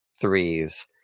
threes